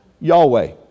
Yahweh